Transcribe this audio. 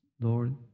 Lord